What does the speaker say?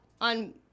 on